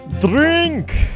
drink